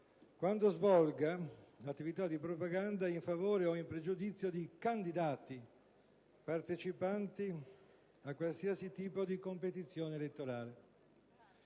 quando svolga l'attività di propaganda in favore o in pregiudizio di candidati partecipanti a qualsiasi tipo di competizione elettorale;